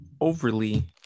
overly